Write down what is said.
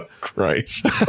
Christ